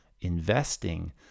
investing